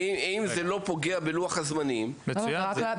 אם זה לא פוגע בלוח הזמנים, אין שום בעיה.